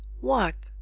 what,